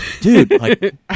dude